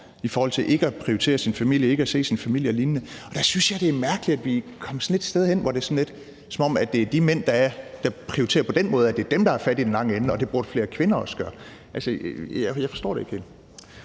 i forhold til ikke at prioritere sin familie og ikke se sin familie og lignende. Der synes jeg, at det er mærkeligt, at vi er kommet et sted hen, hvor det er, som om de mænd, der prioriterer på den måde, er dem, der har fat i den lange ende, og det burde flere kvinder også gøre. Altså, jeg forstår det ikke helt.